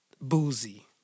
Boozy